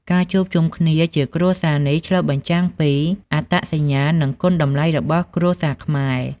ការជួបជុំគ្នាជាគ្រួសារនេះឆ្លុះបញ្ចាំងពីអត្តសញ្ញាណ និងគុណតម្លៃរបស់គ្រួសារខ្មែរ។